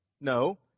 No